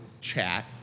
chat